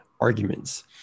arguments